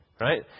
right